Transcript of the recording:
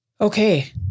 Okay